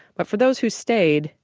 but for those who stayed,